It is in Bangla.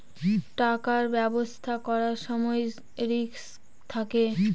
টাকার ব্যবসা করার সময় রিস্ক থাকে